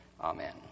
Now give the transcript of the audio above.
Amen